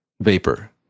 vapor